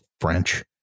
French